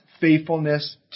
faithfulness